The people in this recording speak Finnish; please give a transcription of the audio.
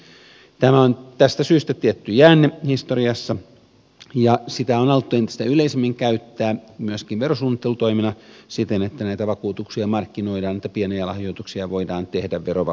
tämä on tästä syystä tietty jäänne historiassa ja sitä on alettu entistä yleisemmin käyttää myöskin verosuunnittelutoimena siten että näitä vakuutuksia markkinoidaan että pieniä lahjoituksia voidaan tehdä verovapaasti